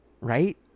Right